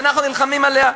שאנחנו נלחמים נגדה,